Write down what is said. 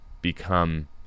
become